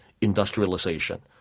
industrialization